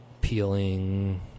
peeling